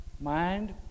Mind